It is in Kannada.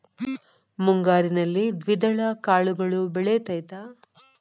ಮುಂಗಾರಿನಲ್ಲಿ ದ್ವಿದಳ ಕಾಳುಗಳು ಬೆಳೆತೈತಾ?